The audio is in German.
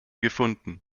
gefunden